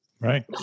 Right